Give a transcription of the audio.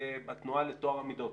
והתנועה לטוהר המידות.